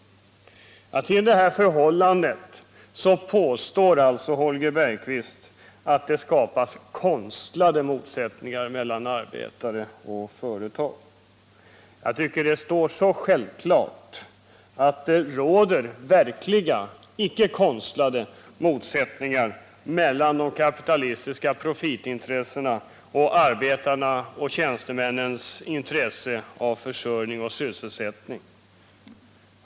Trots detta förhållande påstår alltså Holger Bergqvist att det skapas konstlade motsättningar mellan arbetare och företag. Jag tycker att det står helt klart att det råder verkliga — inte konstlade —- motsättningar mellan de kapitalistiska profitintressena och arbetarnas och tjänstemännens intresse av försörjning och sysselsättning.